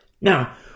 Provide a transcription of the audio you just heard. Now